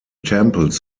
temples